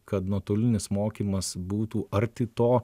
kad nuotolinis mokymas būtų arti to